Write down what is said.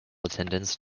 attendance